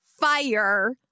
fire